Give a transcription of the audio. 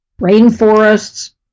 rainforests